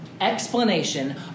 explanation